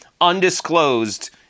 Undisclosed